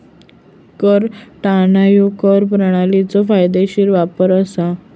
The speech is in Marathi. कर टाळणा ह्या कर प्रणालीचो कायदेशीर वापर असा